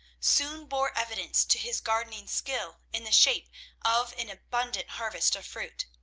soon bore evidence to his gardening skill in the shape of an abundant harvest of fruit.